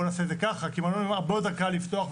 כי מעון יום הרבה יותר קל לפתוח,